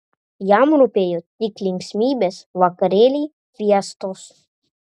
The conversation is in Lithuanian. jam rūpėjo tik linksmybės vakarėliai fiestos